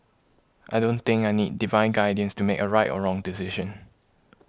I don't think I need divine guidance to make a right or wrong decision